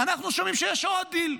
אנחנו שומעים שיש עוד דיל: